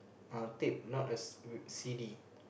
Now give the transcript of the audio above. uh tape not a C a C_D